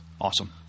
Awesome